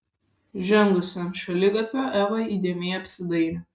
žengusi ant šaligatvio eva įdėmiai apsidairė